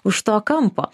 už to kampo